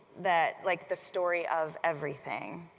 that like the story of everything,